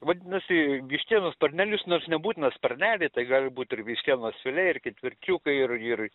vadinasi vištienos sparnelius nors nebūtina sparneliai tai gali būt ir vištienos filė ir ketvirčiukai ir ir